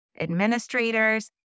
administrators